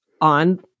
on